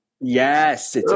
yes